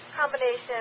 combination